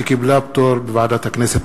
שקיבלה פטור מחובת הנחה בוועדת הכנסת.